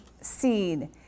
seed